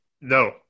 no